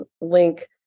link